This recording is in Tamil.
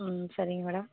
ம் சரிங்க மேடம்